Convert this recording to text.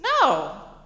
No